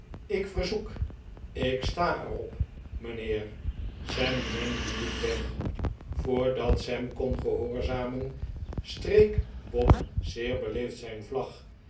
ik verzoek tm ik sta er op mijnheer sam neem dien doek weg voordat sam kon gehoorzamen streek bob zeer beleefd zijn vlag